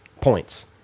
points